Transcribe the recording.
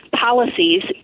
policies